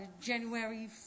January